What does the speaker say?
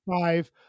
five